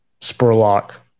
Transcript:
Spurlock